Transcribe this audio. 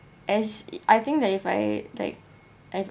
as I think that if I like I've